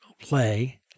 play